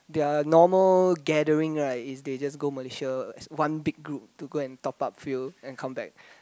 their normal gathering right is they just go Malaysia as one big group to go and top up fuel and come back